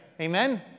Amen